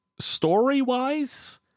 story-wise